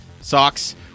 socks